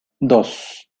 dos